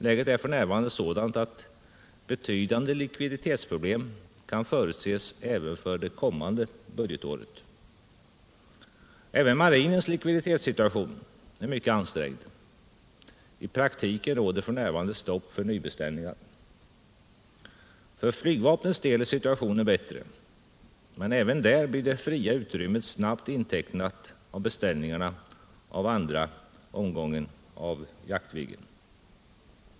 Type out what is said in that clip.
Läget är f. n. sådant att betydande likviditetsproblem kan förutses även för det kommande budgetåret. Även marinens likviditet är mycket ansträngd. I praktiken råder f. n. stopp för nybeställningar. För flygvapnets del är situationen bättre. Men även där blir det fria utrymmet snabbt intecknat av beställningarna av andra omgången av Jaktviggen.